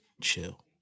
Chill